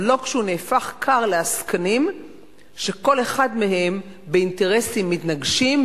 אבל לא כשהוא נהפך כר לעסקנים שכל אחד מהם באינטרסים מתנגשים,